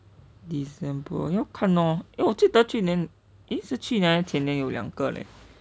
december 要看咯因为我记得去年 eh 是去年还是前年有两个:shi qu nian hai shi qianan nian you liang ge leh